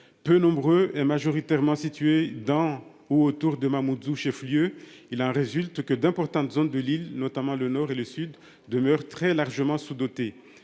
peu nombreux et majoritairement situés dans ou autour de Mamoudzou, le chef-lieu, d'importantes zones de l'île, notamment le Nord et le Sud, demeurent très largement sous-dotées.